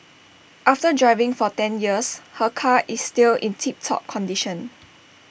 after driving for ten years her car is still in tip top condition